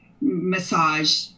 massage